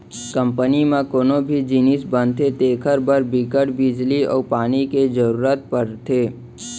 company म कोनो भी जिनिस बनथे तेखर बर बिकट बिजली अउ पानी के जरूरत परथे